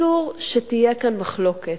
אסור שתהיה כאן מחלוקת,